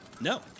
no